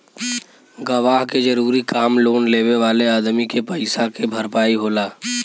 गवाह के जरूरी काम लोन लेवे वाले अदमी के पईसा के भरपाई के होला